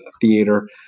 theater